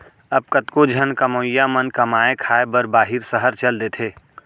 अब कतको झन कमवइया मन कमाए खाए बर बाहिर सहर चल देथे